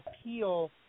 appeal